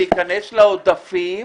זה ייכנס לעודפים,